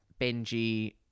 Benji